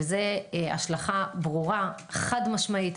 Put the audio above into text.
והיא ברורה וחד משמעית.